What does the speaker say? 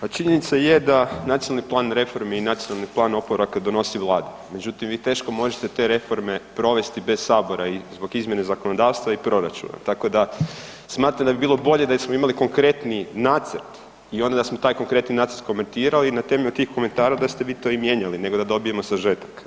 Pa činjenica je da Nacionalni plan reformi i Nacionalni plan oporavka donosi Vlada, međutim vi teško možete te reforme provesti bez Sabora i zbog izmjene zakonodavstva i proračuna, tako da smatram da bi bilo bolje konkretni nacrt i onda da smo taj konkretni nacrt komentirali i na temelju tih komentara da ste vi to i mijenjali nego da dobijemo sažetak.